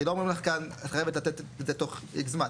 כי לא אומרים לך כאן את חייבת לתת את זה תוך X זמן.